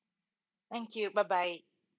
thank you bye bye